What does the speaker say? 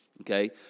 okay